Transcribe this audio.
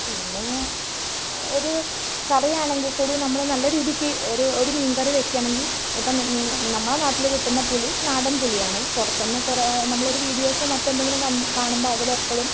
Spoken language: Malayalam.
പിന്നെ ഒരു കറിയാണെങ്കിൽ കൂടി നമ്മള് നല്ല രീതിക്ക് എരു ഒരു മീൻ കറി വെക്കുകയാണെങ്കിൽ ഇപ്പം നൻ ഞ നമ്മളുടെ നാട്ടില് കിട്ടുന്ന പുളി നാടൻ പുളിയാണ് പുറത്ത് നിന്ന് നമ്മളൊരു വീഡിയോസും മറ്റെന്തെങ്കിലും കണ്ട് കാണുമ്പോൾ അതിൽ എപ്പളും